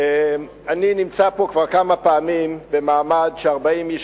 אני נמצא פה כבר כמה פעמים במעמד ש-40 איש